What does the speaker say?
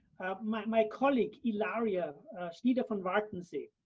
my colleague, ilaria schnyder von wartensee,